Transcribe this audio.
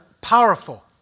powerful